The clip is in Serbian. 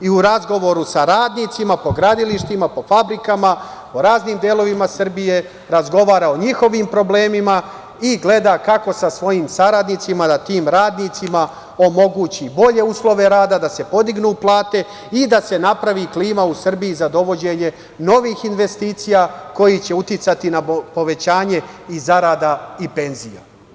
U razgovoru sa radnicima po gradilištima, po fabrika, po raznim delovima Srbije razgovara o njihovim problemima i gleda kako sa svojim saradnicima tim radnicima omogući bolje uslove rada, da se podignu plate i da se napravi klima u Srbiji za dovođenje novih investicija koje će uticati na povećanje i zarada i penzija.